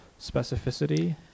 specificity